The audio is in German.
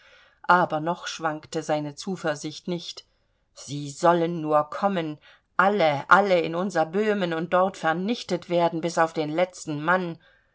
aber noch schwankte seine zuversicht nicht sie sollen nur kommen alle alle in unser böhmen und dort vernichtet werden bis auf den letzten mann